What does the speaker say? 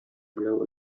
blow